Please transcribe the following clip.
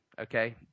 Okay